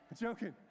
joking